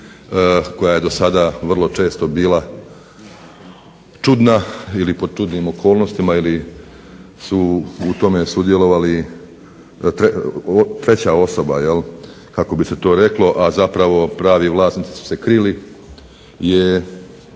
koja je do sada vrlo često bila čudna ili pod čudnim okolnostima ili su u tome sudjelovali treća osoba jel kako bi se to reklo, a zapravo pravi vlasnici su se krili je